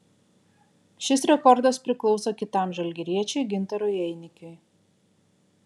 šis rekordas priklauso kitam žalgiriečiui gintarui einikiui